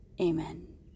amen